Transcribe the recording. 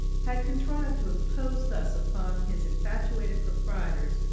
had contrived to impose thus upon his infatuated proprietors,